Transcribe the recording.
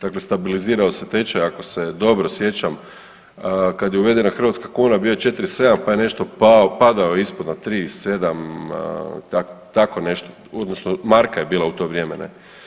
Dakle, stabilizirao se tečaj, ako se dobro sjećam kada je uvedena hrvatska kuna bio je 4,7 pa je nešto pao, padao je ispod na 3,7 tako nešto, odnosno marka je bila u to vrijeme.